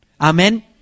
Amen